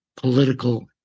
political